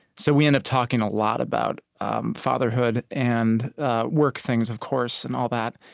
so we end up talking a lot about um fatherhood and work things, of course, and all that.